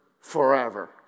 forever